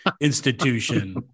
institution